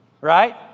Right